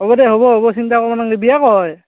হ'ব দে হ'ব হ'ব চিন্তা কৰব নালগি বিয়া ক'ত হয়